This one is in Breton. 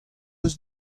eus